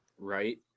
right